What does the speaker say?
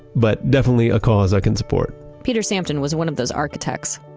but definitely a cause i can support peter samton was one of those architects.